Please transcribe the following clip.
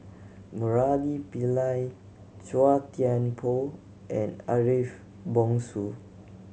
Murali Pillai Chua Thian Poh and Ariff Bongso